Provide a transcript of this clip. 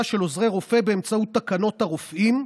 של עוזרי רופא באמצעות תקנות הרופאים.